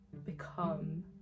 become